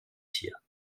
tier